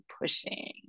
pushing